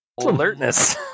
alertness